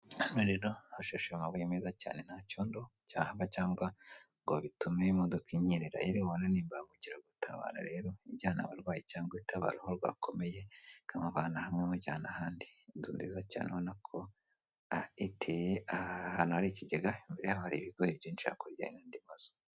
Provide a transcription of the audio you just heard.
Hano rero hashashe amabuye meza cyane nta cyondo cyahava cyangwa ngo bitume imodoka inyerera, iriya ubona ni imbangukiragutabara rero ijyana abarwayi cyangwa itabara aho rwakomeye ikabavana ahantu hamwe ibajyana ahandi, inzu nziza cyane ubona ko iteye ahantu hari ikigega imbere yaho hari ibigori byinshi hakurya hariyo andi mazu.